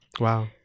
Wow